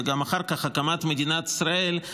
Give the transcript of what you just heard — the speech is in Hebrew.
וגם אחרי הקמת מדינת ישראל,